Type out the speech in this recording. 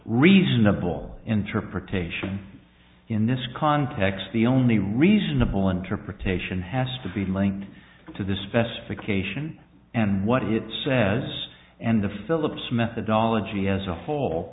reasonable interpretation in this context the only reasonable interpretation has to be linked to the specification and what it says and the philips methodology as a